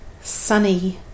sunny